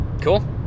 cool